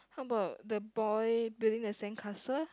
how about the boy building the sandcastle